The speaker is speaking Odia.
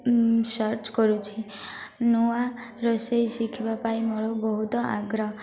ସର୍ଚ୍ଚ କରୁଛି ନୂଆ ରୋଷେଇ ଶିଖିବା ପାଇଁ ମୋର ବହୁତ ଆଗ୍ରହ